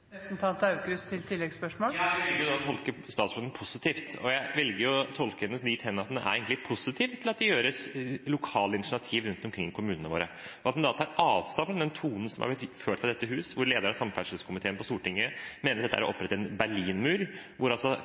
Jeg velger da å tolke statsråden positivt. Og jeg velger å tolke henne dit hen at hun egentlig er positiv til at det tas lokale initiativ rundt omkring i kommunene våre, at hun tar avstand fra den tonen som har blitt ført i dette hus, hvor lederen av samferdselskomiteen på Stortinget mener at dette er å opprette en «Berlin-mur», hvor